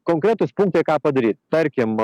konkretūs punktai ką padaryt tarkim